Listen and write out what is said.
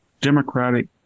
Democratic